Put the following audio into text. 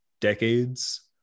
decades